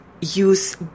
use